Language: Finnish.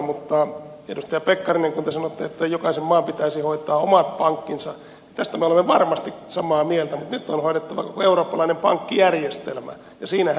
mutta edustaja pekkarinen kun te sanoitte että jokaisen maan pitäisi hoitaa omat pankkinsa tästä me olemme varmasti samaa mieltä mutta nyt on hoidettava koko eurooppalainen pankkijärjestelmä ja siinähän se ongelma on